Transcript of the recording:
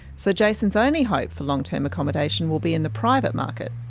so jason's only hope for long term accommodation will be in the private market.